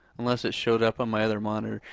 unless it showed up on my other monitor.